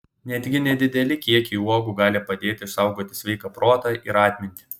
netgi nedideli kiekiai uogų gali padėti išsaugoti sveiką protą ir atmintį